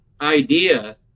idea